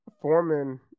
Foreman